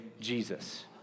Jesus